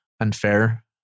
Unfair